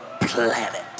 planet